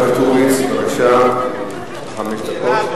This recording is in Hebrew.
חבר הכנסת הורוביץ, בבקשה, חמש דקות.